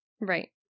right